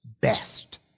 best